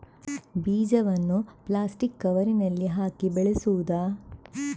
ಬೀಜವನ್ನು ಪ್ಲಾಸ್ಟಿಕ್ ಕವರಿನಲ್ಲಿ ಹಾಕಿ ಬೆಳೆಸುವುದಾ?